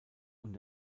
und